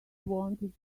wanted